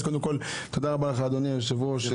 אז קודם כל תודה רבה לך אדוני היושב ראש.